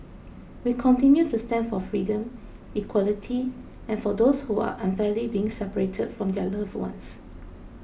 we continue to stand for freedom equality and for those who are unfairly being separated from their loved ones